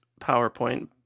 PowerPoint